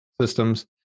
systems